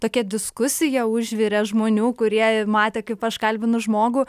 tokia diskusija užvirė žmonių kurie matė kaip aš kalbinu žmogų